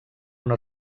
una